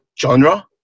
genre